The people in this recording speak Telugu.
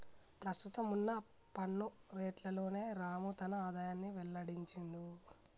ప్రస్తుతం వున్న పన్ను రేట్లలోనే రాము తన ఆదాయాన్ని వెల్లడించిండు